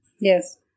Yes